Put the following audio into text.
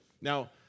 Now